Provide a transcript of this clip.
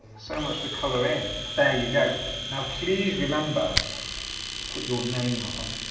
so much to color in, there you go now please remember but to put your name on,